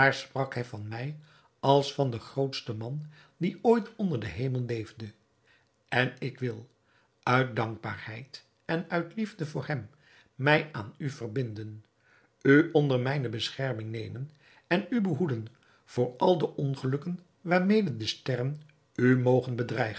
sprak hij van mij als van den grootsten man die ooit onder den hemel leefde en ik wil uit dankbaarheid en uit liefde voor hem mij aan u verbinden u onder mijne bescherming nemen en u behoeden voor al de ongelukken waarmede de sterren u mogen